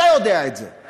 אתה יודע את זה,